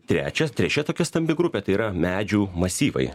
trečias trečia tokia stambi grupė yra medžių masyvai